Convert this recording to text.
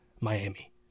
Miami